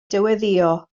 dyweddïo